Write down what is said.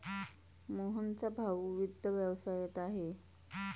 मोहनचा भाऊ वित्त व्यवसायात आहे